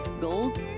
gold